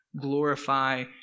glorify